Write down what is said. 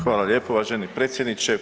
Hvala lijepo uvaženi predsjedniče.